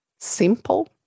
Simple